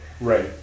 Right